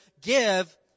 give